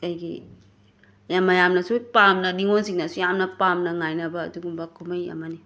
ꯀꯩꯒꯤ ꯌꯥꯝ ꯃꯌꯥꯝꯅꯁꯨ ꯄꯥꯝꯅ ꯅꯤꯉꯣꯟꯁꯤꯡꯅꯁꯨ ꯌꯥꯝꯅ ꯄꯥꯝꯅ ꯉꯥꯏꯅꯕ ꯑꯗꯨꯒꯨꯝꯕ ꯀꯨꯝꯃꯩ ꯑꯃꯅꯤ